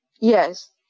Yes